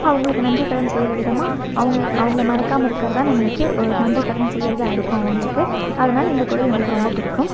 அவங்களுக்கு நன்றி கடன் செய்யற விதமாக அவங்க அவங்கள மறக்காமல் இருக்கிறதான் நம்மளுக்கு ஒரு நன்றி கடன் செய்யிறதாக இருக்கும் அவங்களுக்கு அதனால இந்த குறள் எனக்கு ரொம்ப பிடிக்கும்